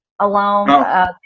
alone